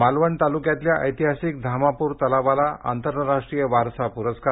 मालवण तालुक्यातल्या ऐतिहासिक धामापूर तलावाला आंतरराष्ट्रीय वारसा पुरस्कार